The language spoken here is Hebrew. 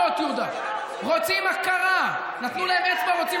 שראה אתמול, י"ז בתמוז, מנחה הרחבה ריקה לחלוטין.